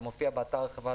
זה מופיע באתר החברה,